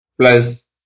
plus